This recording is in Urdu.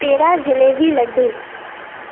پیرا جلیبی لڈو